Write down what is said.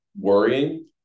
worrying